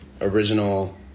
original